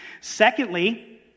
Secondly